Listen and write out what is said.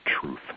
truth